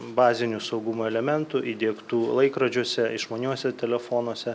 bazinių saugumo elementų įdiegtų laikrodžiuose išmaniuosiuose telefonuose